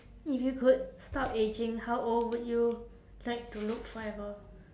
if you could stop ageing how old would you like to look forever